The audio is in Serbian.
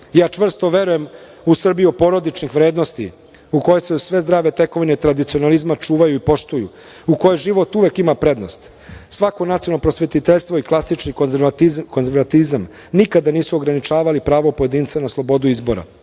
čvrsto verujem u Srbiju porodičnih vrednosti u kojoj se sve zdrave tekovine tradicionalizma čuvaju i poštuju, u kojoj život uvek ima prednost. Svako nacionalno prosvetiteljstvo i klasični konzervatizam nikada nisu ograničavali pravo pojedinca na slobodu izbora.